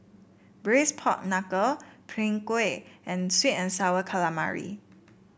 Braised Pork Knuckle Png Kueh and sweet and sour calamari